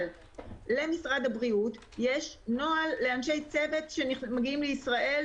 אבל למשרד הבריאות יש נוהל לאנשי צוות שמגיעים לישראל,